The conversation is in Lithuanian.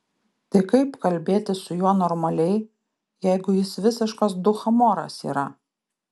tai kaip kalbėtis su juo normaliai jeigu jis visiškas dūchamoras yra